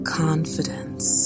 confidence